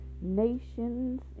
nations